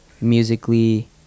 musically